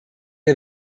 der